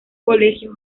colegio